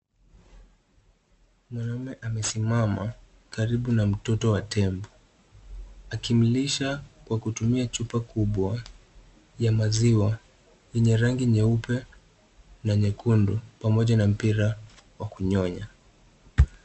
Mwanume amesimama karibu na mtoto wa tembo. Akimlisha kwa kutumia chupa kubwa ya maziwa yenye rangi nyeupe na nyekundu, pamoja na mpira wa kunyonya.